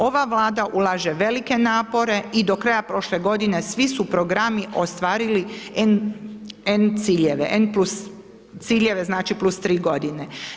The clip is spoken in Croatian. Ova Vlada ulaže velike napore i do kraja prošle godine svi su programi ostvarili n ciljeve, n plus ciljeve, znači plus 3 godine.